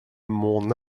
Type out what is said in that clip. mon